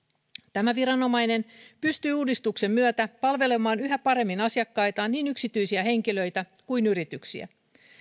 tämä viranomainen pystyy uudistuksen myötä palvelemaan yhä paremmin asiakkaitaan niin yksityisiä henkilöitä kuin yrityksiä